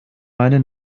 meine